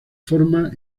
forma